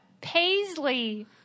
Paisley